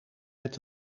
met